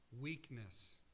weakness